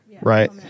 right